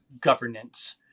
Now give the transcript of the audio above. governance